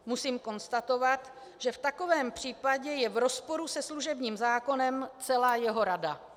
Musím konstatovat, že v takovém případě je v rozporu se služebním zákonem celá jeho rada.